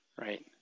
right